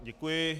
Děkuji.